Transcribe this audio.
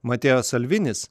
mateo salvinis